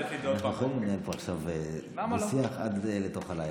אנחנו יכולים לנהל פה עכשיו דו-שיח עד לתוך הלילה.